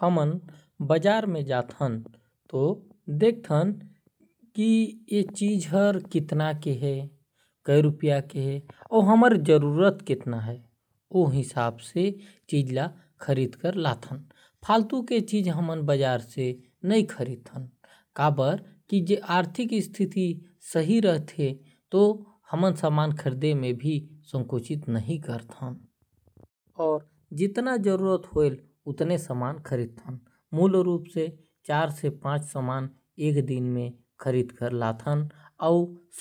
हमन बाजार में जाथन तो देख थन की ये चीज हर केतना रुपया के है। और जरूरत के अनुसार खरीदारी के थन। हमर आर्थिक स्थिति सही रहेल तब्बे खरीदारी करथन। और जरूरत के हिसाब से खरीदारी कर